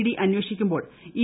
D അന്വേഷിക്കുമ്പോൾ E